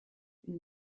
une